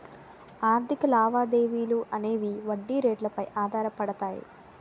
ఆర్థిక లావాదేవీలు అనేవి వడ్డీ రేట్లు పై ఆధారపడతాయి